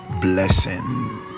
blessing